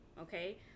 okay